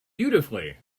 beautifully